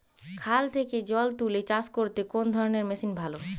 খাল থেকে জল তুলে চাষ করতে কোন ধরনের মেশিন ভালো?